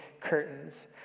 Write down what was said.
curtains